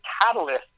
catalyst